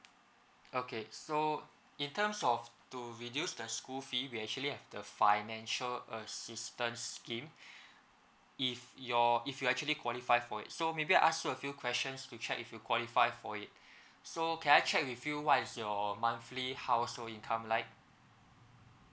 okay so in terms of to reduce the school fee we actually have the financial assistance scheme if your if you actually qualify for it so maybe I ask you a few questions to check if you qualify for it so can I check with you what is your monthly household income like